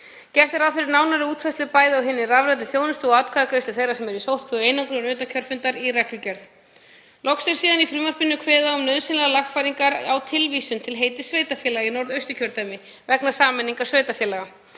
Gert er ráð fyrir nánari útfærslu, bæði á hinni rafrænu þjónustu og atkvæðagreiðslu þeirra sem eru í sóttkví og einangrun utan kjörfundar, í reglugerð. Loks er í frumvarpinu kveðið á um nauðsynlegar lagfæringar á tilvísun til heitis sveitarfélaga í Norðausturkjördæmi vegna sameiningar sveitarfélaga.